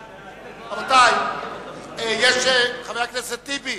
חבר הכנסת טיבי,